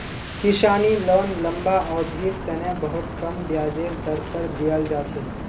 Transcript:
किसानी लोन लम्बा अवधिर तने बहुत कम ब्याजेर दर पर दीयाल जा छे